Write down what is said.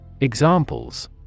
Examples